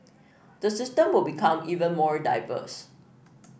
the system will become even more diverse